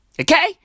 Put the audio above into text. Okay